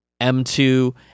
M2